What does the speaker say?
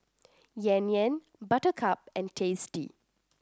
Yan Yan Buttercup and Tasty